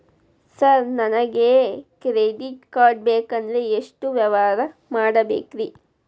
Sir ನನಗೆ credit card ಬೇಕಂದ್ರೆ ಎಷ್ಟು ವ್ಯವಹಾರ ಮಾಡಬೇಕ್ರಿ?